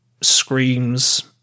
screams